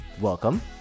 Welcome